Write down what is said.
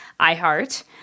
iHeart